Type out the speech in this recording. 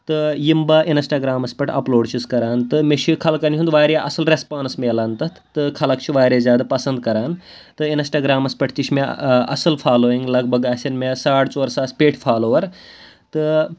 تہٕ یِم بہٕ اِنَسٹاگرٛامَس پٮ۪ٹھ اَپلوڈ چھُس کران تہٕ مےٚ چھُ خلقَن ہُنٛد واریاہ اَصٕل ریسپانٕس میلان تَتھ تہٕ خلق چھُ واریاہ زیادٕ پَسند کران تہٕ اِنَسٹاگرٛامَس پٮ۪ٹھ تہِ چھِ مےٚ اَصٕل فالویِنٛگ لگ بگ آسن مےٚ ساڑ ژور ساس پیٚٹھۍ فالووَر تہٕ